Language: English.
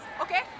okay